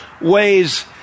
ways